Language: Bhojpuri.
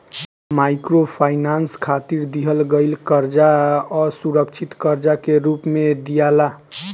माइक्रोफाइनांस खातिर दिहल गईल कर्जा असुरक्षित कर्जा के रूप में दियाला